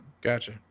Gotcha